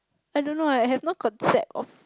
I don't leh I have no concept of